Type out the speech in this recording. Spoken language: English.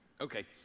Okay